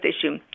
issue